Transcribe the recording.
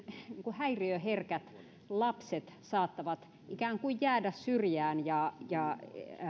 häiriöherkät lapset saattavat ikään kuin jäädä syrjään ja ja